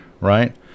right